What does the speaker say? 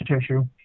tissue